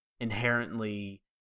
inherently